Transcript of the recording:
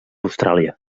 austràlia